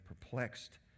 perplexed